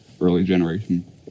early-generation